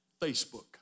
Facebook